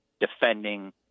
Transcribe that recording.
defending